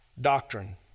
doctrine